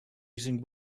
using